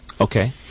Okay